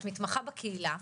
את מתמחה בקהילה.